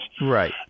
Right